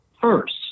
first